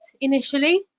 initially